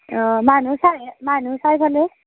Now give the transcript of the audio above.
অঁ মানুহ চাই মানুহ চাই ফেলে